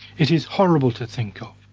it is horrible to think of!